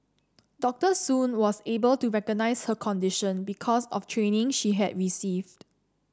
Doctor Soon was able to recognise her condition because of training she had received